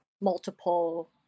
multiple